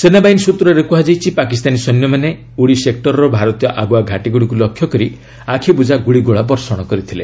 ସେନାବାହିନୀ ସୂତ୍ରରେ କୁହାଯାଇଛି ପାକିସ୍ତାନୀ ସୈନ୍ୟମାନେ ଉଡ଼ି ସେକ୍ଟରର ଭାରତୀୟ ଆଗୁଆ ଘାଟିଗୁଡ଼ିକୁ ଲକ୍ଷ୍ୟ କରି ଆଖିବୁଜା ଗୁଳିଗୋଳା ବର୍ଷଣ କରିଥିଲେ